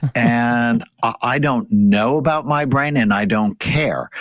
and i don't know about my brain and i don't care.